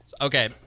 Okay